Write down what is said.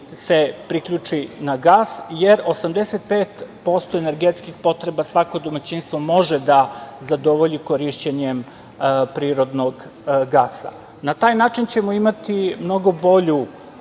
se priključi na gas, jer 85% energentskih potreba svako domaćinstvo može da zadovolji korišćenjem prirodnog gasa. Na taj način ćemo imati mnogo